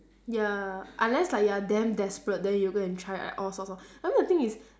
ya unless like you are damn desperate then you'll go and try like all sorts of I mean the thing is